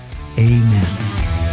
amen